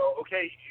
okay